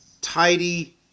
tidy